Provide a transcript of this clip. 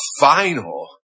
final